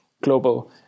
global